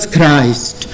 Christ